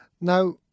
Now